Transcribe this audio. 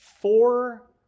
four